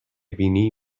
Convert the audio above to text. بینی